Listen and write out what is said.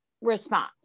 response